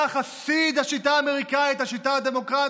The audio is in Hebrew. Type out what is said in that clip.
אתה חסיד השיטה האמריקנית, השיטה הדמוקרטית,